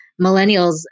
millennials